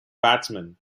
batsman